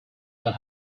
but